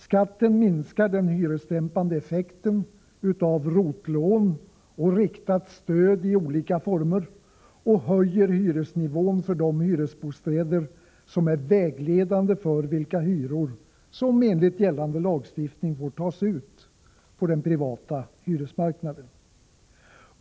Skatten minskar den hyresdämpande effekten av ROT-lån och riktat stöd i olika former och höjer hyresnivån för de hyresbostäder som är vägledande för vilka hyror som enligt gällande lagstiftning får tas ut på den privata hyresmarknaden.